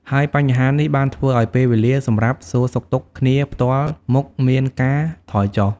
ហើយបញ្ហានេះបានធ្វើឲ្យពេលវេលាសម្រាប់សួរសុខទុក្ខគ្នាផ្ទាល់មុខមានការថយចុះ។